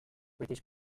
british